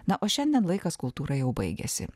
na o šiandien laikas kultūra jau baigėsi